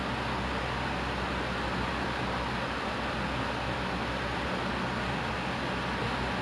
oh my god oh my god I know oh my god I'm a dumbass I know